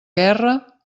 guerra